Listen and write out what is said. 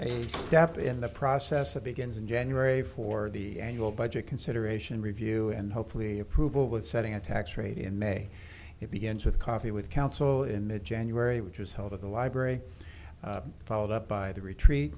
a step in the process that begins in january for the annual budget consideration review and hopefully approval with setting a tax rate in may it begins with coffee with counsel in the january which was held at the library followed up by the retreat